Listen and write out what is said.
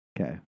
Okay